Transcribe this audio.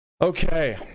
okay